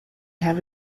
have